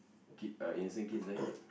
kid uh innocent kids dying